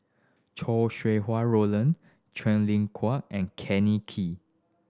Chow Sau Hai Roland Quen Ling Kua and Kenny Kee